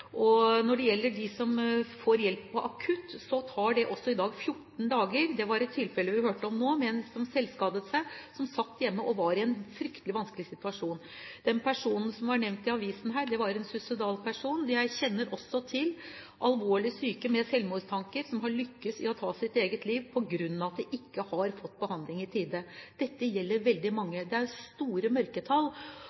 Når det gjelder dem som skal ha akutt hjelp, tar det i dag 14 dager. Det var et tilfelle vi hørte om nå, med en som selvskadet seg, og som satt hjemme og var i en fryktelig vanskelig situasjon. Den personen som var nevnt i avisen her, var en suicidal person. Jeg kjenner også til alvorlig syke med selvmordstanker som har lyktes i å ta sitt eget liv på grunn av at de ikke har fått behandling i tide. Dette gjelder veldig